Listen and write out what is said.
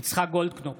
יצחק גולדקנופ,